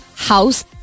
house